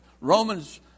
Romans